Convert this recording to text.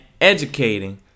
educating